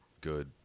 good